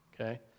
Okay